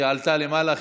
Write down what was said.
היא עלתה למעלה.